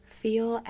feel